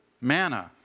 manna